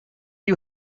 you